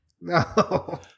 no